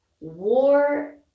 War